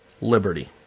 liberty